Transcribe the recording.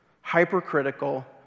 hypercritical